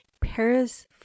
Paris